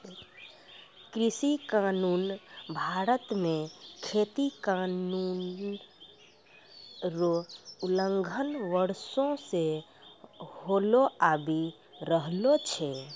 कृषि कानून भारत मे खेती कानून रो उलंघन वर्षो से होलो आबि रहलो छै